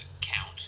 count